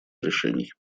решений